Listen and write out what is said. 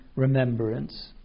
remembrance